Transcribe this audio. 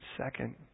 Second